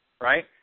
right